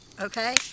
Okay